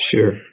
Sure